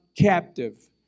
captive